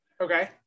Okay